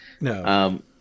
no